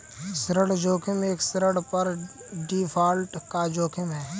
ऋण जोखिम एक ऋण पर डिफ़ॉल्ट का जोखिम है